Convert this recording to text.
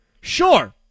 Sure